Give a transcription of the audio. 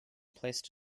placed